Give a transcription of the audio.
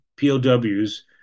POWs